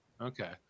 okay